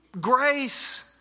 Grace